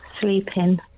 Sleeping